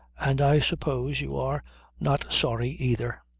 and i suppose you are not sorry either.